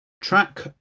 Track